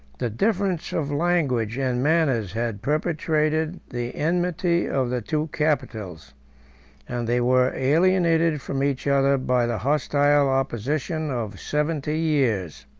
the difference of language and manners had perpetuated the enmity of the two capitals and they were alienated from each other by the hostile opposition of seventy years.